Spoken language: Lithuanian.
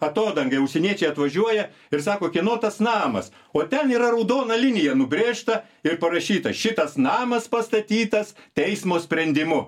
atodangai užsieniečiai atvažiuoja ir sako kieno tas namas o ten yra raudona linija nubrėžta ir parašyta šitas namas pastatytas teismo sprendimu